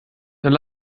dann